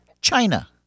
China